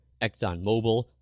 ExxonMobil